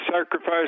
sacrifice